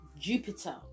jupiter